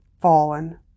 Fallen